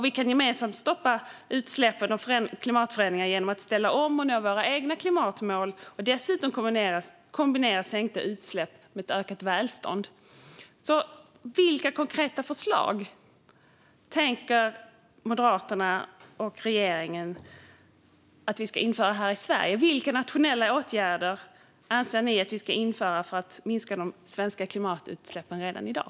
Vi kan gemensamt stoppa utsläpp och klimatförändringar genom att ställa om och nå våra egna klimatmål och dessutom kombinera sänkta utsläpp med ett ökat välstånd. Vilka konkreta förslag tänker Moderaterna och regeringen att vi ska införa här i Sverige? Vilka nationella åtgärder anser ni att vi ska införa för att minska de svenska klimatutsläppen redan i dag?